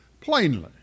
plainly